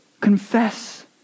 confess